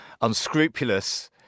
unscrupulous